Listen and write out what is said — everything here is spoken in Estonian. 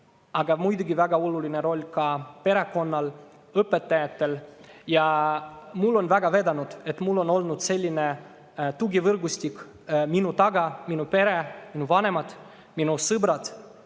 aga muidugi on väga oluline roll ka perekonnal ja õpetajatel. Minul on väga vedanud, et mul on olnud selline tugivõrgustik: minu pere, minu vanemad, minu sõbrad